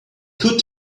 could